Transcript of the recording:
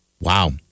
Wow